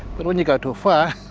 when you go too far,